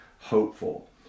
hopeful